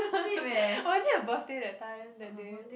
or is it your birthday that time that day